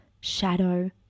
shadow